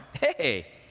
Hey